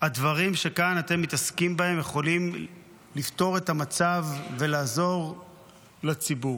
הדברים שאתם מתעסקים בהם כאן יכולים לפתור את המצב ולעזור לציבור,